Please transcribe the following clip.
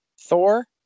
Thor